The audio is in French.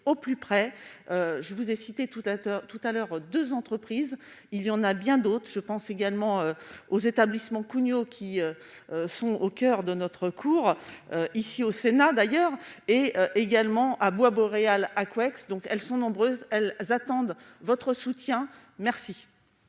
plus près, je vous ai cité tout à tout à l'heure, 2 entreprises il y en a bien d'autres, je pense également aux établissements Kunio qui sont au coeur de notre cours ici au Sénat, d'ailleurs, et également à bois boréal à quoi donc, elles sont nombreuses, elles attendent votre soutien merci.